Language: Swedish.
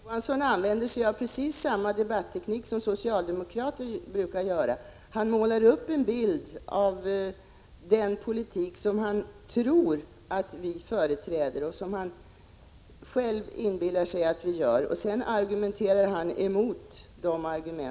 Fru talman! Larz Johansson använder precis samma debatteknik som socialdemokrater brukar göra. Han målar upp en bild av den politik som han själv inbillar sig att vi företräder och sedan argumenterar han mot den.